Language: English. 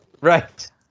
Right